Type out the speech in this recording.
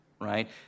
right